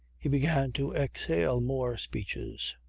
he began to exhale more speeches.